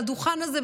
לדוכן הזה,